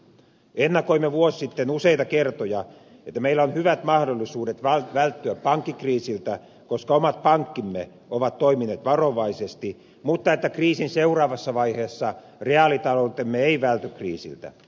ennakoimme vuosi sitten useita kertoja että meillä on hyvät mahdollisuudet välttyä pankkikriisiltä koska omat pankkimme ovat toimineet varovaisesti mutta että kriisin seuraavassa vaiheessa reaalitaloutemme ei välty kriisiltä